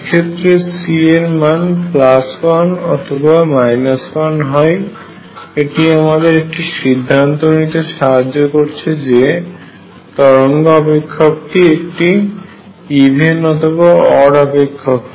এক্ষেত্রে C এর মান 1 অথবা 1 হয় এটি আমাদের একটি সিদ্ধান্ত নিতে সাহায্য করছে যে তরঙ্গ অপেক্ষকটি একটি ইভেন অথবা অড অপেক্ষক হয়